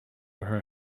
her